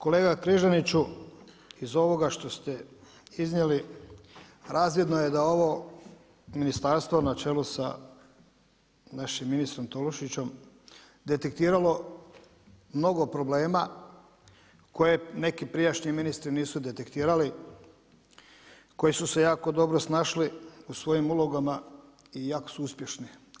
Kolega Križaniću, iz ovoga što ste iznijeli razvidno je da ovo Ministarstvo na čelu sa našim ministrom Tolušićem detektiralo mnogo problema koje neki prijašnji ministri nisu detektirali, koji su se jako dobro snašli u svojim ulogama i jako su uspješni.